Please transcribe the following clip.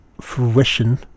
fruition